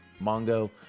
Mongo